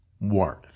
worth